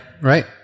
Right